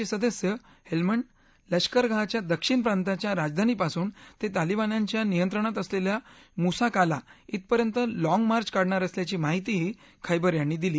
च िदस्य हस्तिंड लष्करगाहच्या दक्षिण प्रांताच्या राजधानीपासून तत्त्वालिबान्यांच्या नियंत्रणात असलख्खा मुसा काला इथपर्यंत लाँग मार्च काढणार असल्याची माहितीही खैबर यांनी दिली